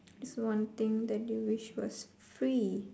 is one thing that you wish was free